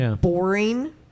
boring